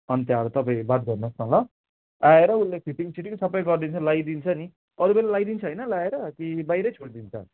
अन्त त्यहाँबाट तपाईँ बात गर्नुहोस् न ल आएर उसले फिटिङ सिटिङ सबै गरिदिन्छ लगाइदिन्छ नि अरू बेला लगाइदिन्छु होइन लगाएर कि बाहिरै छोडिदिन्छ